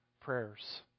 prayers